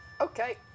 Okay